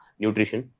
nutrition